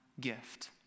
gift